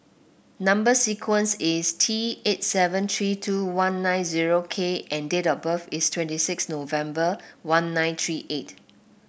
number sequence is T eight seven three two one nine zero K and date of birth is twenty six November one nine three eight